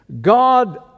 God